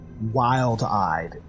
wild-eyed